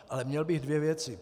Ale měl bych dvě věci.